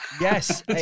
Yes